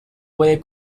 puede